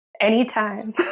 Anytime